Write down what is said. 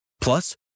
Plus